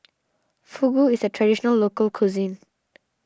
Fugu is a Traditional Local Cuisine